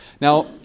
Now